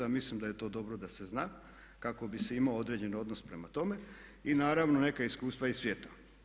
Ja mislim da je to dobro da se zna kako bi se imao određeni odnos prema tome i naravno neka iskustva iz svijeta.